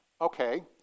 okay